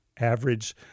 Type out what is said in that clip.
average